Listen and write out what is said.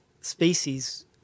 species